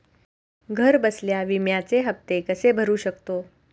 घरबसल्या विम्याचे हफ्ते कसे भरू शकतो?